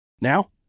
Now